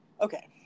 Okay